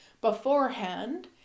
beforehand